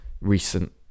recent